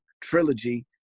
trilogy